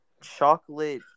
chocolate